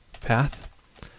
path